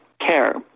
care